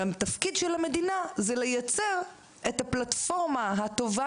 התפקיד של המדינה זה לייצר את הפלטפורמה הטובה